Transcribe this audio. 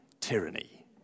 tyranny